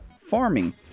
farming